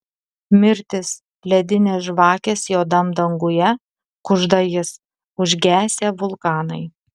mirtis ledinės žvakės juodam danguje kužda jis užgesę vulkanai